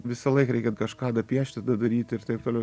visąlaik reikia kažką dapiešti dadaryti ir taip toliau